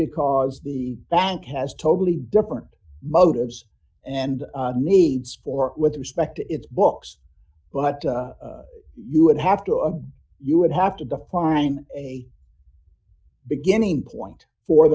because the banks has totally different motives and needs for with respect to its books but you would have to a you would have to the point i'm a beginning point for